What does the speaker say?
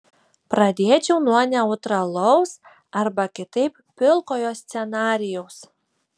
pradėčiau nuo neutralaus arba kitaip pilkojo scenarijaus